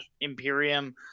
Imperium